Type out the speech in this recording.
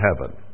heaven